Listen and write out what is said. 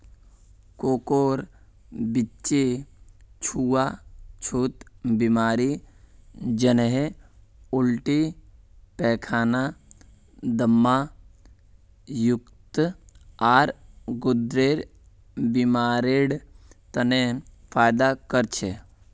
कोकोर बीच्ची छुआ छुत बीमारी जन्हे उल्टी पैखाना, दम्मा, यकृत, आर गुर्देर बीमारिड तने फयदा कर छे